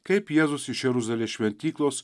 kaip jėzus iš jeruzalės šventyklos